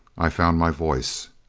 i found my voice.